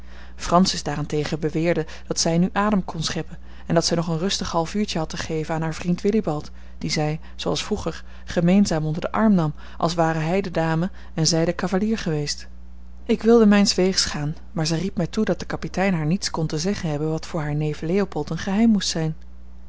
francis daarentegen beweerde dat zij nu adem kon scheppen en dat zij nog een rustig half uurtje had te geven aan haar vriend willibald dien zij zooals vroeger gemeenzaam onder den arm nam als ware hij de dame en zij de cavalier geweest ik wilde mijns weegs gaan maar zij riep mij toe dat de kapitein haar niets kon te zeggen hebben wat voor haar neef leopold een geheim moest zijn